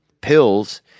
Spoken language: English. Pills